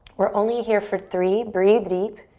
we're only here for three, breathe deep,